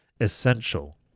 essential